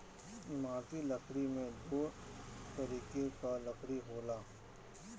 इमारती लकड़ी में दो तरीके कअ लकड़ी होला